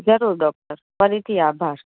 જરૂર ડોક્ટર ફરીથી આભાર